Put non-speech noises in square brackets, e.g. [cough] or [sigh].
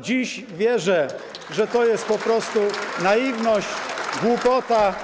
Dziś wierzę, że to jest po prostu naiwność, [applause] głupota,